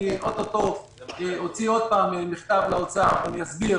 אני או-טו-טו אוציא עוד פעם מכתב לאוצר ואני אסביר